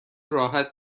راحت